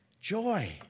joy